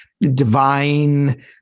divine